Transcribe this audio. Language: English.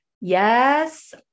Yes